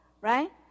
right